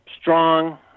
strong